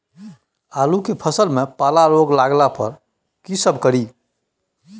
आलू के फसल मे पाला रोग लागला पर कीशकरि?